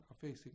facing